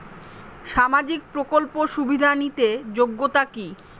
সামাজিক প্রকল্প সুবিধা নিতে যোগ্যতা কি?